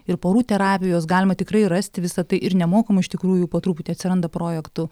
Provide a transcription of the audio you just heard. ir porų terapijos galima tikrai rasti visa tai ir nemokamų iš tikrųjų po truputį atsiranda projektų